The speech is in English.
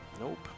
Nope